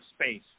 space